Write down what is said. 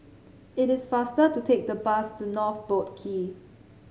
it is faster to take the bus to North Boat Quay